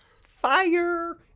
fire